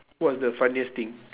what's the funniest thing